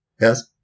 Yes